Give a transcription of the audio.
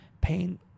Pain